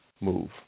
move